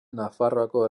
nafarroako